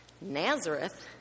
Nazareth